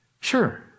Sure